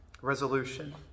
resolution